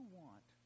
want